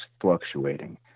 fluctuating